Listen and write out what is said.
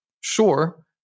Sure